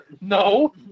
No